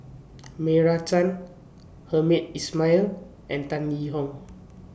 Meira Chand Hamed Ismail and Tan Yee Hong